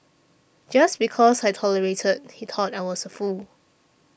just because I tolerated he thought I was a fool